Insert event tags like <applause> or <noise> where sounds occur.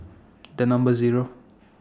<noise> The Number Zero